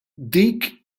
dik